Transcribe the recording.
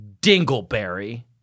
dingleberry